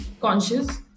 conscious